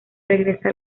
regresa